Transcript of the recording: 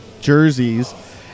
jerseys